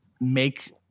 make